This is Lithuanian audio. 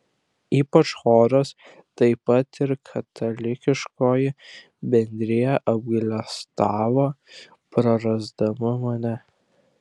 ypač choras taip pat ir katalikiškoji bendrija apgailestavo prarasdama mane